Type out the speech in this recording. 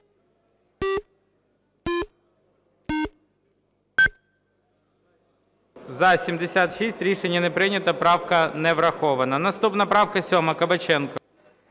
За-77 Рішення не прийнято. Правка не врахована. Наступна правка 8. Кабаченко.